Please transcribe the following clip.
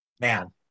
man